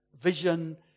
vision